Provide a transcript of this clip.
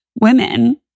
women